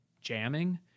jamming